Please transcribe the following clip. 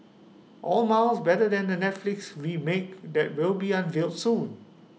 all miles better than the Netflix remake that will be unveiled soon